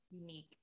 unique